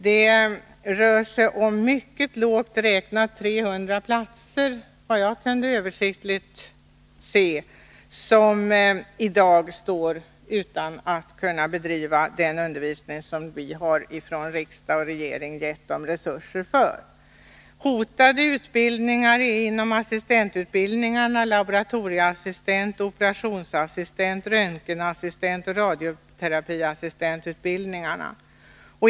Det rör sig, såvitt jag kan se vid en översiktlig bedömning, om lågt räknat 300 platser, där man i dag inte kan bedriva den undervisning som riksdag och regering har ställt resurser till förfogande för. Hotade utbildningar inom assistentutbild ningarna är laboratorieassistent-, operationsassistent-, röntgenassistentoch radioterapiassistentutbildningarna.